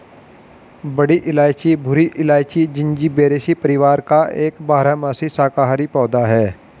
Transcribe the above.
बड़ी इलायची भूरी इलायची, जिंजिबेरेसी परिवार का एक बारहमासी शाकाहारी पौधा है